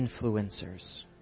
influencers